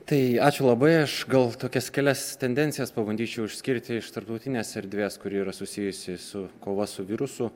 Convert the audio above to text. tai ačiū labai aš gal tokias kelias tendencijas pabandyčiau išskirti iš tarptautinės erdvės kuri yra susijusi su kova su virusu